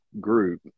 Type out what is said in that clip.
group